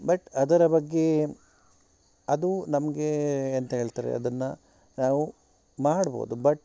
but ಅದರ ಬಗ್ಗೆ ಅದು ನಮಗೆ ಎಂತ ಹೇಳ್ತಾರೆ ಅದನ್ನು ನಾವು ಮಾಡ್ಬಹುದು ಬಟ್